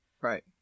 Right